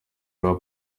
bwa